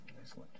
Excellent